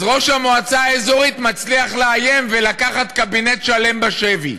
אז ראש המועצה האזורית מצליח לאיים ולקחת קבינט שלם בשבי,